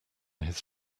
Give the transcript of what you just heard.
his